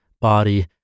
body